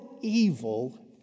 evil